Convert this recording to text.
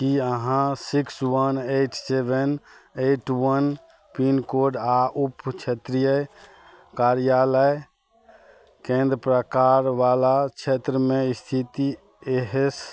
कि अहाँ six one eight seven eight one pin code आओर उप क्षेत्रीय कार्यालय केन्द्र प्रकारवला क्षेत्रमे इस्थित एहिसँ